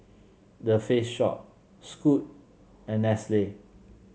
The Face Shop Scoot and Nestle